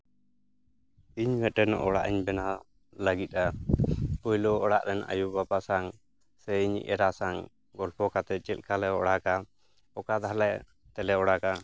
ᱤᱧ ᱢᱮᱫᱴᱮᱱ ᱚᱲᱟᱜ ᱤᱧ ᱵᱮᱱᱟᱣ ᱞᱟᱹᱜᱤᱫᱼᱟ ᱯᱳᱭᱞᱳ ᱚᱲᱟᱜ ᱨᱮᱱ ᱟᱭᱳ ᱵᱟᱵᱟ ᱥᱟᱶ ᱥᱮ ᱤᱧᱤᱡ ᱮᱨᱟ ᱥᱟᱶ ᱜᱚᱞᱯᱚ ᱠᱟᱛᱮᱫ ᱪᱮᱫᱞᱮᱠᱟ ᱞᱮ ᱚᱲᱟᱜᱟ ᱚᱠᱟ ᱫᱷᱟᱨᱮ ᱛᱮᱞᱮ ᱚᱲᱟᱜᱟ